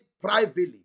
privately